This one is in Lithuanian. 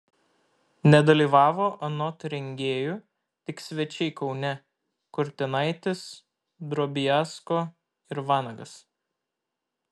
nedalyvavo anot rengėjų tik svečiai kaune kurtinaitis drobiazko ir vanagas